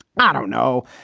i don't know.